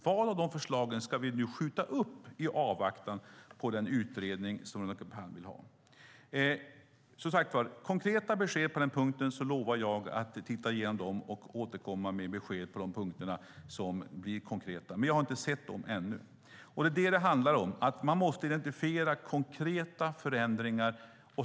Vilka av de förslagen ska vi skjuta upp i avvaktan på den utredning som Veronica Palm vill ha? Konkreta besked på den punkten lovar jag att titta igenom och återkomma med besked om, men jag har inte sett dem ännu. Det är vad det handlar om: Man måste identifiera konkreta förändringar.